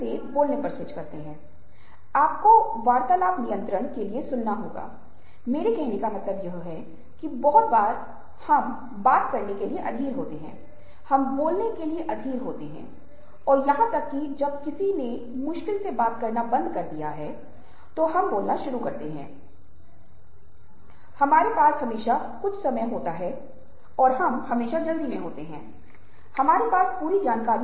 और आप पाते हैं कि संज्ञानात्मक विज्ञानों के हाली के अन्वेषण का समर्थन है यह दर्शाता है कि बहुत अधिक समर्थन है जो हमें बताता है कि सहानुभूति एक ऐसी चीज है जो जैविक रूप से संचालित है जिसका अर्थ है कि हमारे दिमाग के भीतर सहानुभूति कोशिकाएं हैं और इन्हें दर्पण न्यूरॉन्स के रूप में जाना जाता है